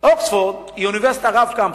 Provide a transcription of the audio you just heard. אוקספורד היא אוניברסיטה רב-קמפוסית,